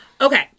Okay